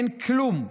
אין כלום.